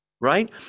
Right